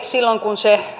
silloin kun se